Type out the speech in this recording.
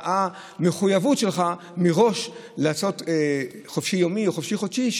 והמחויבות שלך מראש לעשות חופשי-יומי או חופשי-חודשי,